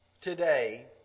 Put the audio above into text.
today